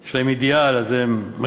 יש להם אידיאל, אז הם משכימים,